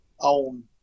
on